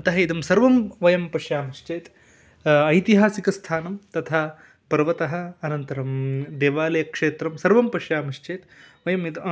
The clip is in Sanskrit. अतः इदं सर्वं वयं पश्यामश्चेत् ऐतिहासिकस्थानं तथा पर्वतः अनन्तरं देवालयक्षेत्रं सर्वं पश्यामश्चेत् वयं इद्